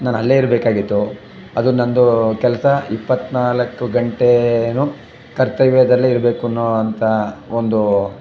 ನಾನಲ್ಲೇ ಇರಬೇಕಾಗಿತ್ತು ಅದು ನನ್ನದು ಕೆಲಸ ಇಪ್ಪತ್ನಾಲ್ಕು ಗಂಟೇನು ಕರ್ತವ್ಯದಲ್ಲೇ ಇರಬೇಕು ಅನ್ನೋವಂಥ ಒಂದು